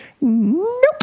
nope